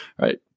right